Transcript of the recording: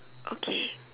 okay